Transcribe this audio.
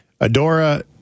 Adora